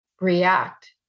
react